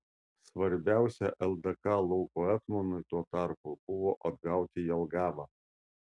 svarbiausia ldk lauko etmonui tuo tarpu buvo atgauti jelgavą